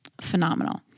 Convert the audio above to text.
phenomenal